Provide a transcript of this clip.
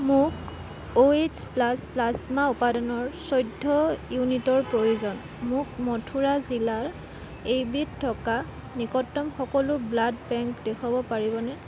মোক O H plasma উপাদানৰ চৈধ্য় ইউনিটৰ প্ৰয়োজন মোক মথুৰা জিলাৰ এইবিধ থকা নিকটতম সকলো ব্লাড বেংক দেখুৱাব পাৰিবনে